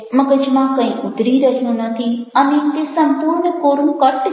મગજમા કંઈ ઉતરી રહ્યું નથી અને તે સંપૂર્ણ કોરુંકટ્ટ છે